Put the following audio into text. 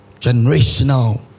Generational